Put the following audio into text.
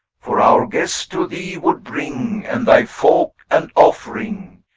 for our guest to thee would bring and thy folk and offering,